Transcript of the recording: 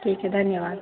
ठीक है धन्यवाद